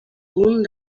punt